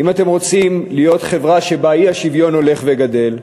אם אתם רוצים להיות חברה שבה האי-שוויון הולך וגדל,